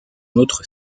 notre